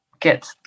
get